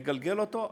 מגלגל אותו,